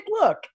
look